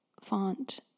font